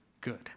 good